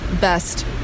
best